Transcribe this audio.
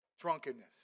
drunkenness